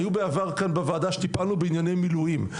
היו בעבר כאן בוועדה שטיפלנו בענייני מילואים,